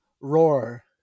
Roar